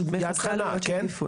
של יד חנה, כן?